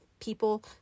people